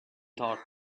thought